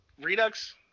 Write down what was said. redux